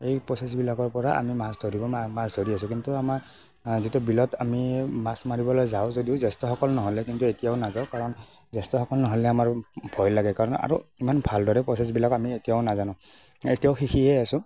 এই প্ৰচেছবিলাকৰ পৰা আমি মাছ ধৰিব মাছ ধৰি আছোঁ কিন্তু আমাৰ যিটো বিলত আমি মাছ মাৰিবলৈ যাওঁ যদিও জ্যেষ্ঠসকল নহ'লে কিন্তু এতিয়াও নাযাওঁ কাৰণ জ্যেষ্ঠসকল নহ'লে আমাৰ ভয় লাগে কাৰণ আৰু ইমান ভালদৰে প্ৰচেছবিলাক আমি এতিয়াও নাজানোঁ এতিয়াও শিকিয়ে আছোঁ